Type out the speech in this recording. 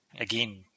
again